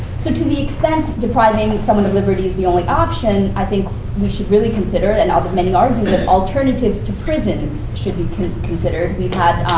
so to the extent depriving someone of liberty is the only option, i think we should really consider and and but many argue that alternatives to prisons should be considered. we've had